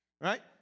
Right